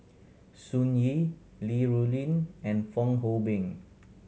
Sun Yee Li Rulin and Fong Hoe Beng